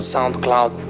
SoundCloud